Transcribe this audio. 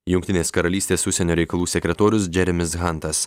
jungtinės karalystės užsienio reikalų sekretorius džeremis hantas